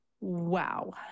wow